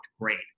great